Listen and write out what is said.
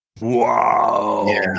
Wow